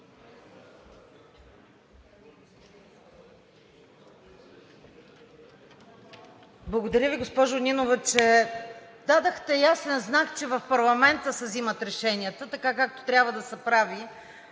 Благодаря Ви, госпожо Нинова, че дадохте ясен знак, че в парламента се взимат решенията така, както трябва да се прави.